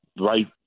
right